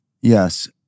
Yes